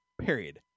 period